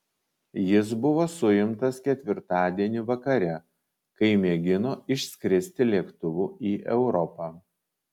jis buvo suimtas ketvirtadienį vakare kai mėgino išskristi lėktuvu į europą